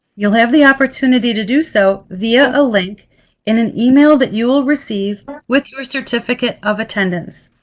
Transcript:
you'll have the opportunity to do so via a link in an email that you will receive with your certificate of attendance.